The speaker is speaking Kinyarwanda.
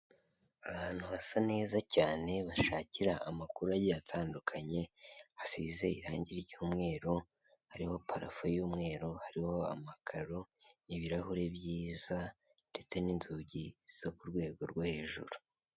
Ahantu hasa neza cyane bashakira amakuru agiye atandukanye hasize irange ry'umweru, hariho parafo y'umweru, hariho amakaro, ibirahure byiza ndetse n'inzugi zo ku rwego rwo hejuru.